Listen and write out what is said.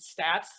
stats